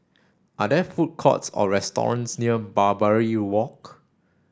are there food courts or restaurants near Barbary Walk